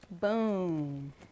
Boom